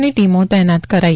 ની ટીમો તહેનાત કરાઈ